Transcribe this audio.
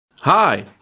Hi